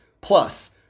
Plus